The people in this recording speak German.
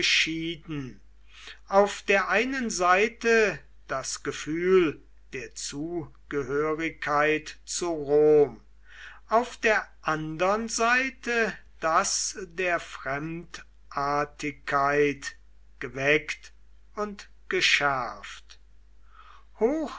auf der einen seite das gefühl der zugehörigkeit zu rom auf der andern seite das der fremdartigkeit geweckt und geschärft